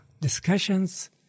discussions